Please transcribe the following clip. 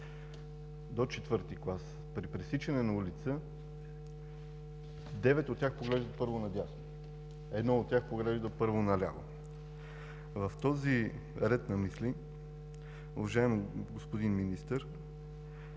до IV клас при пресичане на улица девет от тях поглеждат първо на дясно. Едно от тях поглежда първо на ляво. В този ред на мисли, уважаеми господин Министър,